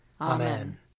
Amen